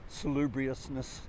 salubriousness